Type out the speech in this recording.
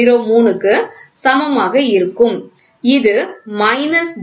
003 க்கு சமமாக இருக்கும் இது மைனஸ் 0